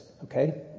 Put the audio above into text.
Okay